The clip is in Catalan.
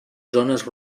zones